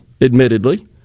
admittedly